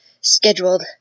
scheduled